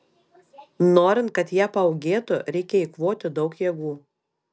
norint kad jie paūgėtų reikia eikvoti daug jėgų